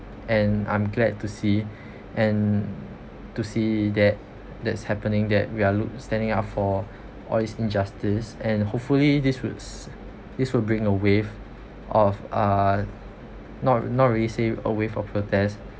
and i'm glad to see and to see that that's happening that we are look standing up for justice and hopefully this woulds this would bring a wave of uh not not really say a way of protest